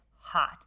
hot